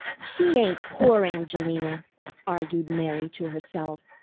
she ain't poor angelina argued mary to herself.